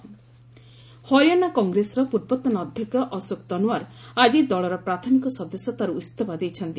ହରିୟାଣା ତନ୍ୱାର ହରିୟାଣା କଂଗ୍ରେସର ପର୍ବତନ ଅଧ୍ୟକ୍ଷ ଅଶୋକ ତନ୍ୱାର୍ ଆଜି ଦଳର ପ୍ରାଥମିକ ସଦସ୍ୟତାର୍ ଇସ୍ତଫା ଦେଇଛନ୍ତି